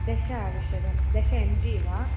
दश आवश्यकं दश एम् जी वा